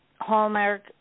Hallmark